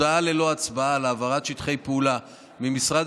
הודעה ללא הצבעה על העברת שטחי פעולה ממשרד